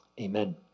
Amen